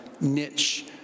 niche